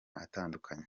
atandukanye